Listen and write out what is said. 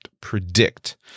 predict